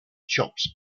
chops